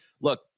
look